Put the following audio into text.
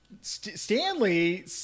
Stanley